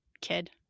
kid